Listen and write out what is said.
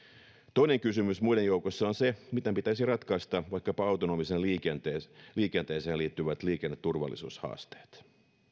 toinen kysymys muiden joukossa on se miten pitäisi ratkaista vaikkapa autonomiseen liikenteeseen liikenteeseen liittyvät liikenneturvallisuushaasteet